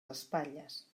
espatlles